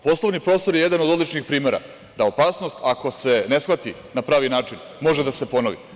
Poslovni prostor je jedan od odličnih primera da opasnost ako se ne shvati na pravi način može da se ponovi.